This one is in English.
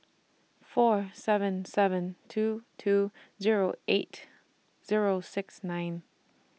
four seven seven two two Zero eight Zero six nine